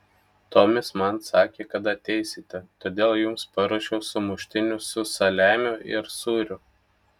tomis man sakė kad ateisite todėl jums paruošiau sumuštinių su saliamiu ir sūriu